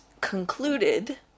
concluded